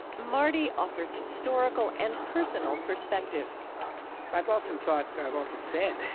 marty offers historical and personal perspective i've often thought and i've often said,